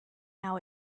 how